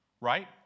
right